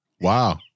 Wow